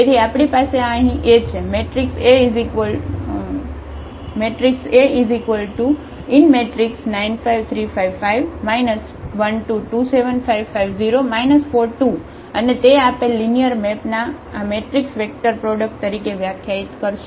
તેથી આપણી પાસે આ અહીં A છે મેટ્રિક્સ A9 5 35 5 12 27 55 0 42 અને તે આપેલ લિનિયર મેપને આ મેટ્રિક્સ વેક્ટર પ્રોડક્ટ તરીકે વ્યાખ્યાયિત કરશે